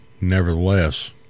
nevertheless